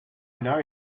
know